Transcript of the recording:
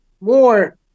more